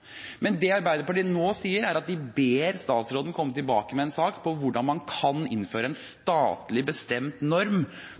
Men det Arbeiderpartiet nå sier, er at de ber statsråden om å komme tilbake med en sak om hvordan man kan innføre en statlig